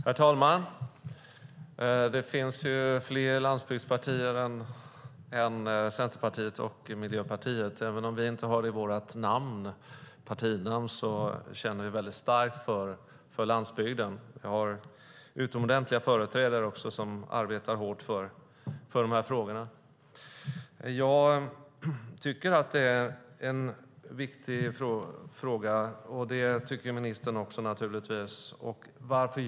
Herr talman! Det finns fler landsbygdspartier än Centerpartiet och Miljöpartiet. Även om vi inte har det i vårt partinamn känner vi väldigt starkt för landsbygden. Vi har utomordentliga företrädare som arbetar hårt för dessa frågor. Jag tycker att detta är en viktig fråga, och det tycker naturligtvis också ministern.